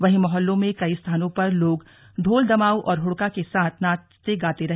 वहीं मोहल्लों में कई स्थानों पर लोग ढोल दमाऊं और हुडका के साथ नाचते गाते रहे